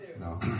No